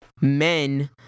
men